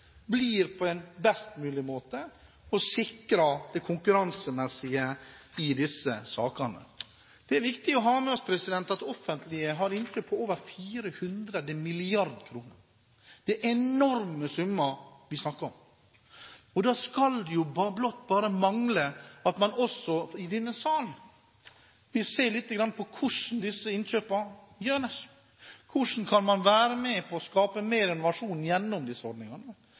på en best mulig måte, og sikrer det konkurransemessige i disse sakene. Det er viktig å ha med seg at det offentlige har innkjøp på over 400 mrd. kr. Det er enorme summer vi snakker om. Da skulle det jo bare mangle at man ikke også i denne sal ville se litt på hvordan disse innkjøpene gjøres. Hvordan kan man være med på å skape mer innovasjon gjennom disse ordningene?